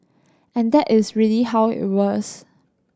and that is really how it was